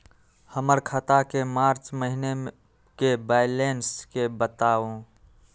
हमर खाता के मार्च महीने के बैलेंस के बताऊ?